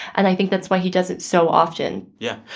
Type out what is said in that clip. and i think that's why he does it so often yeah.